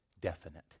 definite